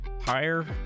higher